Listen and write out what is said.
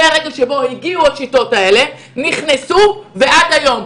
מהרגע שבו הגיעו השיטות האלה ועד היום,